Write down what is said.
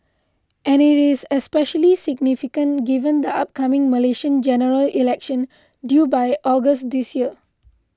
and it is especially significant given the upcoming Malaysian General Election due by August this year